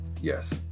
Yes